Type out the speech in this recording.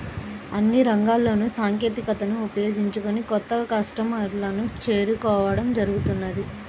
అన్ని రంగాల్లోనూ సాంకేతికతను ఉపయోగించుకొని కొత్త కస్టమర్లను చేరుకోవడం జరుగుతున్నది